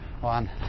one